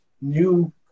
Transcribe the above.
new